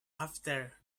after